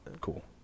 Cool